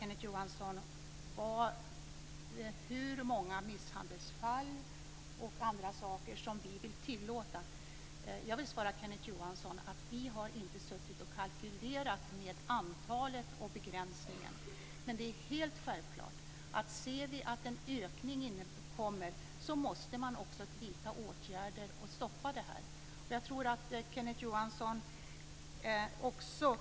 Kenneth Johansson frågar om hur många misshandelsfall osv. som vi vill tillåta. Vi har inte suttit och kalkylerat antalet och begränsningen. Det är helt självklart att om vi ser en ökning måste åtgärder vidtas för att stoppa ökningen.